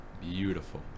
Beautiful